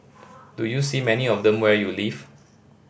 do you see many of them where you live